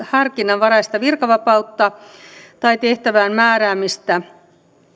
harkinnanvaraista virkavapautta tai tehtävään määräämistä